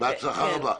בהצלחה רבה.